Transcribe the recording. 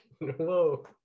whoa